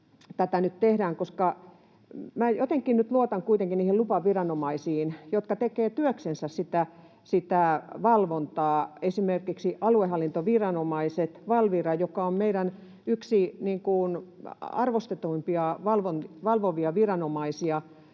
kuitenkin lupaviranomaisiin, jotka tekevät työksensä sitä valvontaa, esimerkiksi aluehallintoviranomaiset ja Valvira, joka on meidän yksi arvostetuimpia valvovia viranomaisia